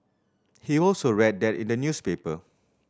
he also read that in the newspaper